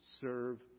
serve